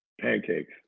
Pancakes